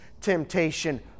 temptation